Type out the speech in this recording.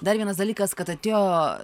dar vienas dalykas kad atėjo